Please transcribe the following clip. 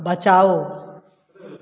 बचाओ